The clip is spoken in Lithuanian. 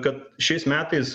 kad šiais metais